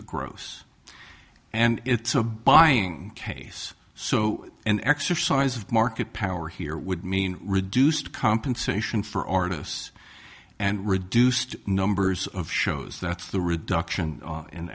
the gross and it's a buying case so an exercise of market power here would mean reduced compensation for artists and reduced numbers of shows that's the reduction